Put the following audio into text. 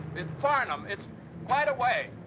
in farnham. it's quite a way.